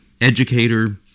educator